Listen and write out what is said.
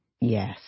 Yes